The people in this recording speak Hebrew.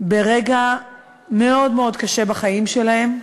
ברגע מאוד מאוד קשה בחיים שלהם.